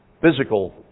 physical